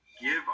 give